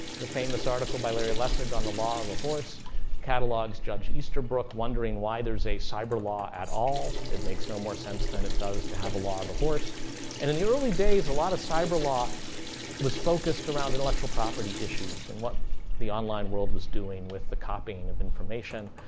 the famous article by larry lessig on the law of the horse catalogs judge easterbrook, wondering why there's a cyber law at all. it makes no more sense than it does to have a law of the horse. and in the early days, a lot of cyber law was focused around intellectual property issues and what the online world was doing with the copying of information.